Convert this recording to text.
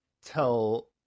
tell